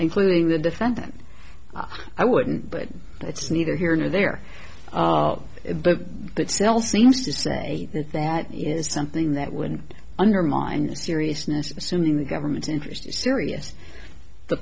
including the defendant i wouldn't but that's neither here nor there but it still seems to say that that is something that would undermine the seriousness assuming the government's interest is serious the